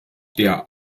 der